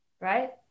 Right